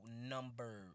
number